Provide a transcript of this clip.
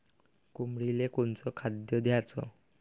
कोंबडीले कोनच खाद्य द्याच?